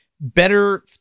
better